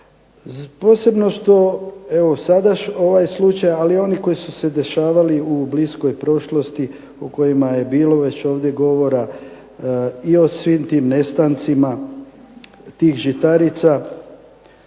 Posebno što evo sada ovaj slučaj ali i oni koji su se dešavali u bliskoj prošlosti o kojima je bilo već ovdje govora i o svim tim nestancima tih žitarica,